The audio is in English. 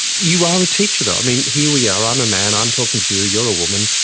you are a teacher though. i mean, here we are, i'm a man, i'm talking to you. you're a woman,